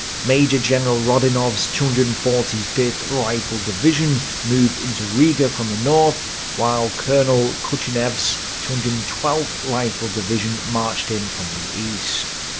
major general rodinov's two hundred and forty fifth rifle division moved into riga from the north while colonel kuchinev's two hundred and twelfth rifle division marched in from the east.